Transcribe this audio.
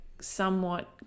somewhat